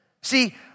See